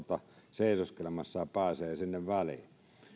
seisoskelemassa ja pääsee sinne väliin